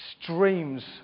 streams